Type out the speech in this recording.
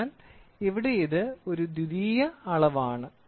അതിനാൽ ഇവിടെ ഇത് ഒരു ദ്വിതീയ അളവാണ്